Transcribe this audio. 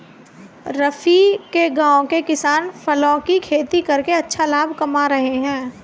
रफी के गांव के किसान फलों की खेती करके अच्छा लाभ कमा रहे हैं